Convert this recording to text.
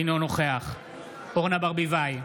אינו נוכח אורנה ברביבאי,